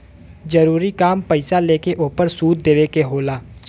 जरूरी काम पईसा लेके ओपर सूद देवे के होला